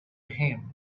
him